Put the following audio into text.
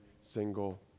single